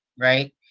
right